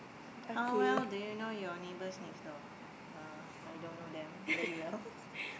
how well do you know your neighbors next door uh I don't know them very well